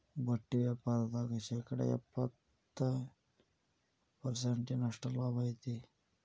ಬಟ್ಟಿ ವ್ಯಾಪಾರ್ದಾಗ ಶೇಕಡ ಎಪ್ಪ್ತತ ಪರ್ಸೆಂಟಿನಷ್ಟ ಲಾಭಾ ಐತಿ